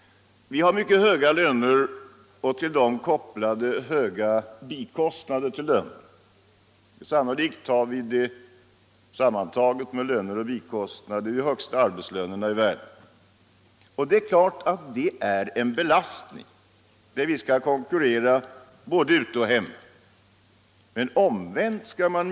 Lönerna i vårt land, för det första, är mycket höga liksom de till dem kopplade bikostnaderna. Sammantaget har vi sannolikt de högsta arbetslönerna i världen. Det är klart att det är en belastning ur konkurrens synpunkt, både för vår handel med utlandet och här hemma.